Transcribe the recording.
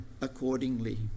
accordingly